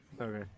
Okay